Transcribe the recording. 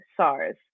SARS